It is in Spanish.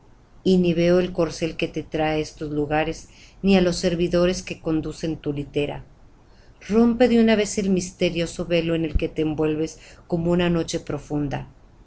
y ni veo el corcel que te trae á estos lugares ni á los servidores que conducen tu litera rompe de una vez el misterioso velo en que te envuelves como en una noche profunda